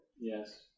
Yes